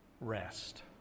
rest